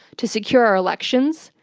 to secure our elections,